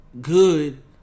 Good